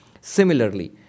Similarly